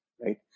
right